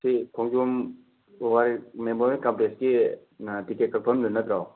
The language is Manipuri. ꯁꯤ ꯈꯣꯡꯖꯣꯝ ꯋꯥꯔ ꯃꯦꯃꯣꯔꯤꯌꯦꯜ ꯀꯝꯄ꯭ꯂꯦꯛꯁꯀꯤ ꯇꯤꯛꯀꯦꯠ ꯀꯛꯐꯝꯗꯨ ꯅꯠꯇ꯭ꯔꯣ